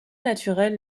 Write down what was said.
naturel